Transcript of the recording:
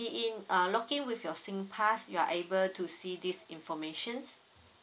key in err login with your sing pass you are able to see this informations